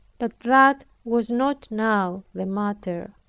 but that was not now the matter,